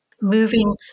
moving